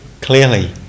clearly